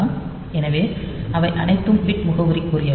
எனவே அவை அனைத்தும் பிட் முகவரிக்குரியவை